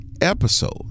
episode